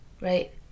right